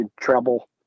Treble